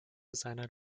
seiner